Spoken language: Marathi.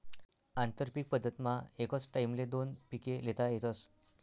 आंतरपीक पद्धतमा एकच टाईमले दोन पिके ल्हेता येतस